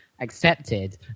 accepted